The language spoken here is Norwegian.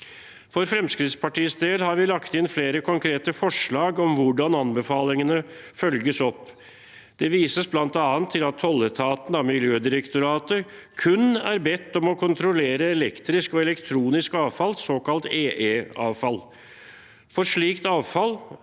For Fremskrittspartiets del har vi lagt inn flere konkrete forslag om hvordan anbefalingene følges opp. Det vises bl.a. til at tolletaten av Miljødirektoratet kun er bedt om å kontrollere elektrisk og elektronisk avfall, såkalt EE-avfall. For slikt avfall